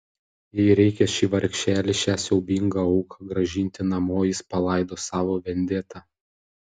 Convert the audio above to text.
jei reikia šį vargšelį šią siaubingą auką grąžinti namo jis palaidos savo vendetą